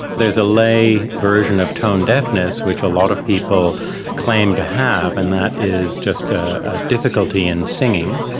there is a lay version of tone deafness which a lot of people claim to have, and that is just ah a difficulty in singing,